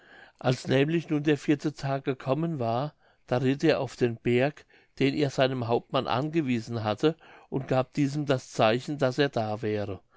als nämlich nun der vierte tag gekommen war da ritt er auf den berg den er seinem hauptmann angewiesen hatte und gab diesem das zeichen daß er da wäre